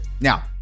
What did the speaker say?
Now